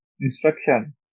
instruction